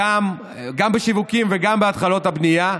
בשיווקים וגם בהתחלות הבנייה,